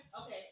Okay